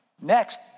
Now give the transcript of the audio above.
Next